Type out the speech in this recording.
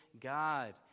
God